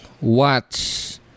watch